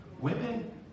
Women